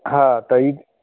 हा त ही